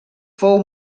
fou